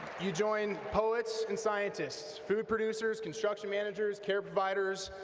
you join poets and scientists, food producers, construction managers, care providers,